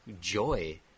joy